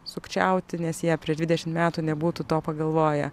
sukčiauti nes jie prieš dvidešim metų nebūtų to pagalvoję